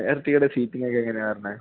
എർട്ടിഗേടെ സീറ്റിങ്ങക്കെ എങ്ങനെയാണ് വരണത്